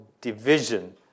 division